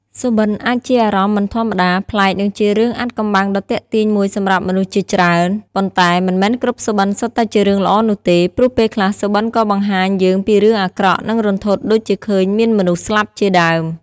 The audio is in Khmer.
សុបិន្តអាចជាអារម្មណ៍មិនធម្មតា ប្លែក និងជារឿងអាថ៌កំបាំងដ៏ទាក់ទាញមួយសម្រាប់មនុស្សជាច្រើន ប៉ុន្តែមិនមែនគ្រប់សុបិន្តសុទ្ធតែជារឿងល្អនោះទេ ព្រោះពេលខ្លះសុបន្តិក៏បង្ហាញយើងពីរឿងអាក្រក់ និងរន្ធត់ដូចជាឃើញមានមនុស្សស្លាប់ជាដើម។